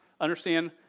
understand